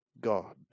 God